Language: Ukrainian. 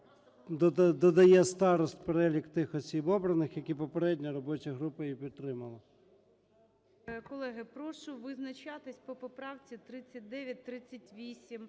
додає старост в перелік тих осіб обраних. Як і попередньо, робоча група її підтримала.